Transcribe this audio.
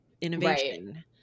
innovation